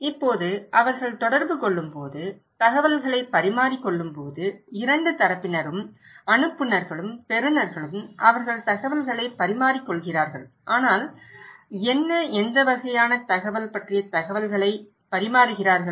இப்போது அவர்கள் தொடர்பு கொள்ளும்போது தகவல்களைப் பரிமாறிக்கொள்ளும்போது இரண்டு தரப்பினரும் அனுப்புநர்களும் பெறுநர்களும் அவர்கள் தகவல்களைப் பரிமாறிக் கொள்கிறார்கள் ஆனால் என்ன எந்த வகையான தகவல் பற்றிய தகவல்களைப் பரிமாறுகிறார்கள்